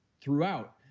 throughout